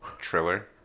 Triller